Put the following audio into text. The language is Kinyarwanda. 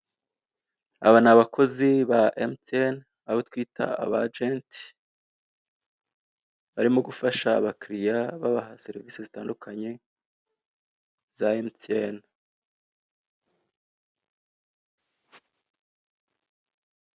Aba ni abakozi ba Emutiyene, abo twita aba ajenti. Barimo gufasha abakiriya babaha serivise zitandukanye za Emutiyene.